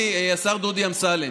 השר דודי אמסלם,